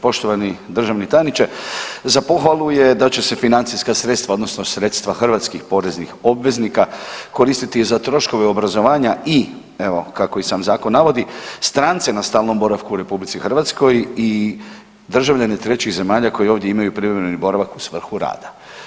Poštovani državni tajniče, za pohvalu je da će se financijska sredstva odnosno sredstva hrvatskih poreznih obveznika koristiti za troškove obrazovanja i evo kako i sam zakon navodi strance na stalnom boravku u RH i državljane trećih zemalja koji ovdje imaju privremeni boravak u svrhu rada.